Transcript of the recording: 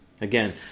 Again